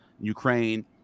Ukraine